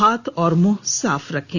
हाथ और मुंह साफ रखें